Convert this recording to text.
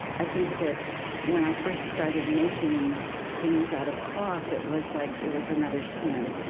i think that when i first started making things out of cloth, it was like it was another skin.